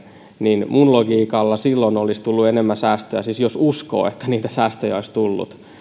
niin minun logiikallani silloin olisi tullut enemmän säästöä siis jos uskoo että niitä säästöjä olisi tullut